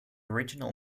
original